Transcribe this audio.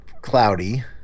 cloudy